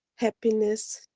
happiness,